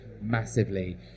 massively